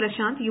Prashant U